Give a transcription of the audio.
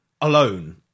alone